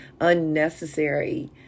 unnecessary